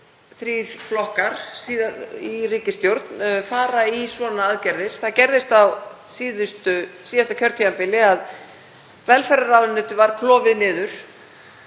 þrír flokkar í ríkisstjórn fara í svona aðgerðir. Það gerðist á síðasta kjörtímabili að velferðarráðuneytið var klofið niður